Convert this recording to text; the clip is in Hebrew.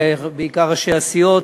ובעיקר לראשי הסיעות.